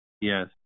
Yes